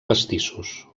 pastissos